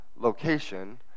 location